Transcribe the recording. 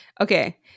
okay